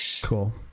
Cool